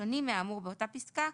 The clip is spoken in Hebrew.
שונים מהאמור באותה פסקה,